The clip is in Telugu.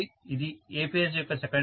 ఇది A ఫేజ్ యొక్క సెకండరీ